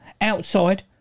outside